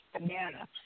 banana